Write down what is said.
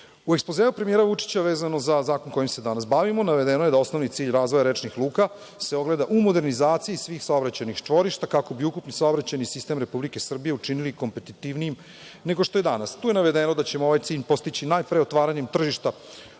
ekspozeu premijera Vučića, vezano za zakon kojim se danas bavimo, navedeno je da osnovni cilj razvoja rečnih luka se ogleda u modernizaciji svih saobraćajnih čvorišta, kako bi ukupni saobraćajni sistem Republike Srbije učinili kompetitivnim nego što je danas. Tu je navedeno da ćemo ovaj cilj postići najpre otvaranjem tržišta